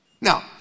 Now